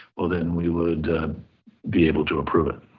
well, then we would be able to approve it.